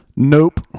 Nope